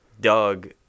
Doug